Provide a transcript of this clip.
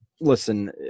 listen –